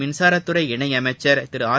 மின்சாரத்துறை இணையமைச்சர் திரு ஆர்